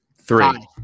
Three